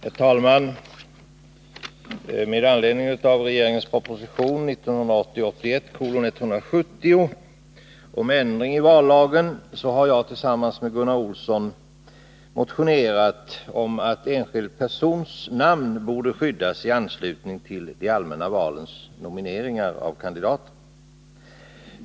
Herr talman! Med anledning av regeringens proposition 1980/81:170 om ändring i vallagen har jag tillsammans med Gunnar Olsson motionerat om att enskild persons namn borde skyddas i anslutning till nomineringen av kandidater till allmänna val.